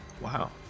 Wow